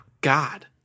God